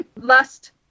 lust